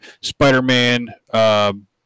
Spider-Man